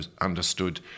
understood